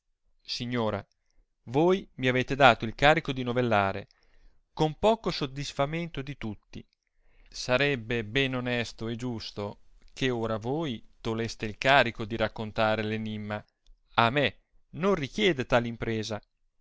signora voi mi avete dato il carico di novellare con poco soddisfamento di tutti sarebbe ben onesto e giusto che ora voi toleste il carico di raccontare l enimma a me non l'ichiede tal impresa